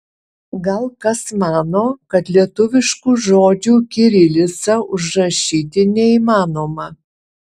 gal kas mano kad lietuviškų žodžių kirilica užrašyti neįmanoma